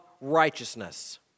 righteousness